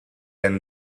and